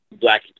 Black